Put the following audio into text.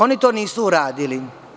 Oni to nisu uradili.